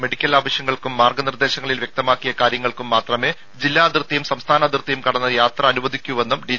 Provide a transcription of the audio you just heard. medical ആവശ്യങ്ങൾക്കും മാർഗ്ഗ നിർദേശങ്ങളിൽ വ്യക്തമാക്കിയ കാര്യങ്ങൾക്ക് മാത്രമേ ജില്ലാ അതിർത്തിയും സംസ്ഥാന അതിർത്തിയും കടന്ന് യാത്ര അനുവദിക്കൂ എന്നും ഡി